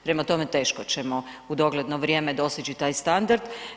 Prema tome, teško ćemo u dogledno vrijeme doseći taj standard.